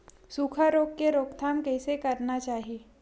सुखा रोग के रोकथाम कइसे करना चाही?